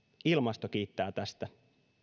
ilmasto kiittää tästä